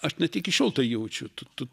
aš net iki šiol tai jaučiu tu tu